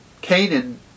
Canaan